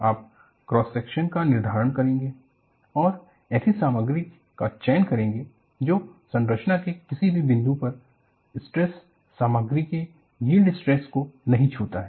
आप cross section का निर्धारण करेंगे और ऐसी सामग्री का चयन करेंगे जो संरचना के किसी भी बिंदु पर स्ट्रेस सामग्री के यील्ड स्ट्रेस को नहीं छूता है